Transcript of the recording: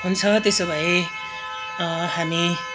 हुन्छ त्यसो भए हामी